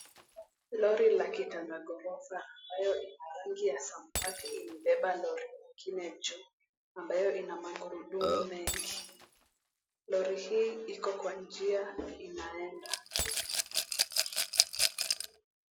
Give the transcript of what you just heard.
Lori la kitanda gorofa iliyo na rangi ya samawati limebeba lori nyingine juu ambayo lina magurudumu mengi. Lori hii ikpo kwa njia inaenda.